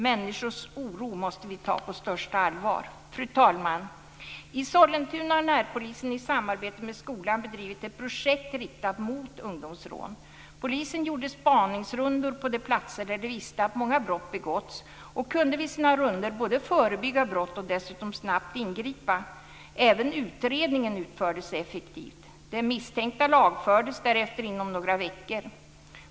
Människors oro måste vi ta på största allvar. Fru talman! I Sollentuna har närpolisen i samarbete med skolan bedrivit ett projekt riktat mot ungdomsrån. Polisen gjorde spaningsrundor på de platser där de visste att många brott begåtts och kunde vid sina rundor både förebygga brott och dessutom snabbt ingripa. Även utredningen utfördes effektivt. De misstänkta lagfördes därefter inom några veckor.